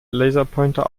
laserpointer